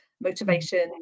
motivation